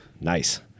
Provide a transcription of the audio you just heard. Nice